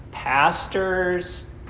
pastors